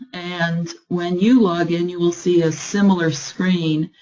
and when you log in, you will see a similar screen.